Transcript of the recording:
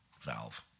valve